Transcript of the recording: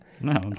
No